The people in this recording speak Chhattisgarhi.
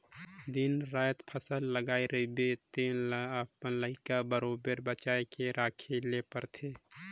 दिन रात फसल लगाए रहिबे तेन ल अपन लइका बरोबेर बचे के रखे ले परथे